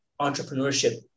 entrepreneurship